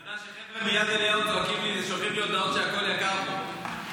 אתה יודע שחבר'ה מיד אליהו שולחים לי הודעות שהכול יקר פה.